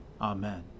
Amen